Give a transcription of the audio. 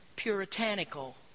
puritanical